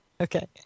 Okay